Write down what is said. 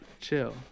chill